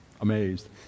amazed